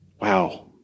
wow